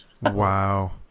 wow